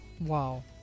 Wow